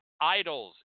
idols